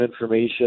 information